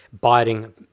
Biting